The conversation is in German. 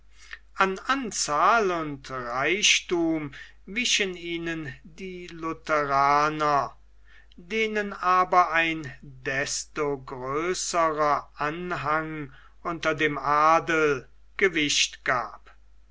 an anzahl und reichthum wichen ihnen die lutheraner denen aber ein desto größerer anhang unter dem adel gewicht gab